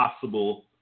possible